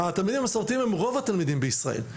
התלמידים המסורתיים הם רוב התלמידים בישראל.